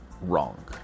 wrong